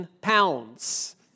pounds